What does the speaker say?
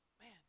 man